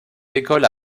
écoles